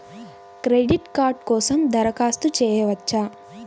Credit card కోసం దరఖాస్తు చేయవచ్చా?